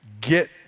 get